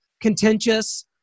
contentious